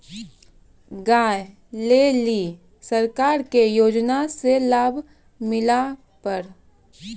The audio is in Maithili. गाय ले ली सरकार के योजना से लाभ मिला पर?